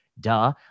duh